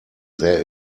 there